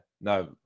no